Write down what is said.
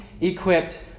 equipped